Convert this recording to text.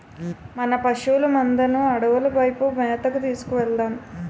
మన పశువుల మందను అడవుల వైపు మేతకు తీసుకు వెలదాం